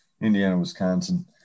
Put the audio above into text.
Indiana-Wisconsin